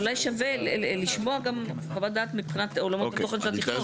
אבל אולי שווה לשמוע גם חוות דעת מבחינת עולמות התוכן של התכנון.